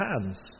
hands